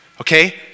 Okay